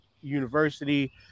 University